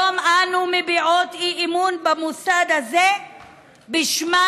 היום אנו מביעות אי-אמון במוסד הזה בשמן